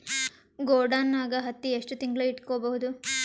ಗೊಡಾನ ನಾಗ್ ಹತ್ತಿ ಎಷ್ಟು ತಿಂಗಳ ಇಟ್ಕೊ ಬಹುದು?